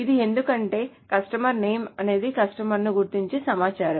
అది ఎందుకంటే customer name అనేది కస్టమర్ ను గుర్తించే సమాచారం